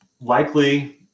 likely